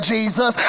Jesus